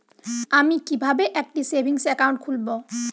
আমি কিভাবে একটি সেভিংস অ্যাকাউন্ট খুলব?